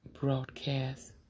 broadcast